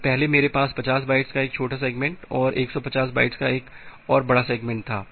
तो पहले मेरे पास 50 बाइट्स का एक छोटा सेगमेंट और 150 बाइट्स का एक और बड़ा सेगमेंट था